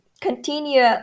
continue